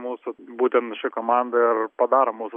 mūsų būtent ši komanda ir padaro mūsų